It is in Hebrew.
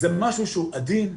זה משהו עדין,